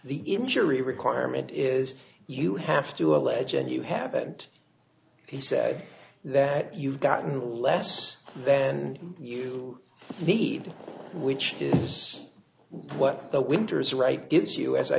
the injury requirement is you have to allege and you haven't he said that you've gotten less then you leave which is what the winters right gives us i